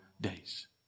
days